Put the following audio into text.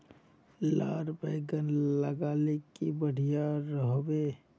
लार बैगन लगाले की बढ़िया रोहबे?